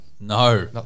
No